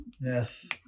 Yes